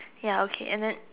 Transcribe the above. ya okay and then